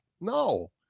No